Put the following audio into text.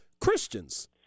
Christians